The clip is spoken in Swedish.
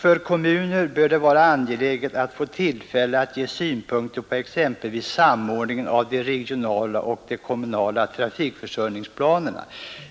För kommunerna bör det vara angeläget att få tillfälle att ge synpunkter på exempelvis samordningen av de regionala och kommunala trafikförsörjningsplanerna.